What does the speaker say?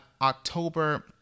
october